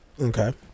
Okay